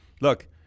Look